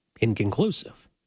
inconclusive